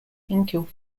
guildford